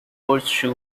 horseshoe